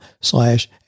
slash